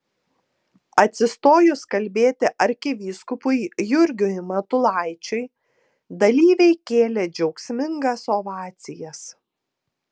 atsistojus kalbėti arkivyskupui jurgiui matulaičiui dalyviai kėlė džiaugsmingas ovacijas